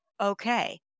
okay